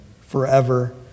forever